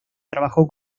trabajó